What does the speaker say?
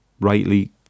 rightly